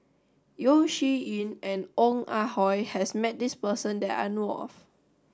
Yeo Shih Yun and Ong Ah Hoi has met this person that I know of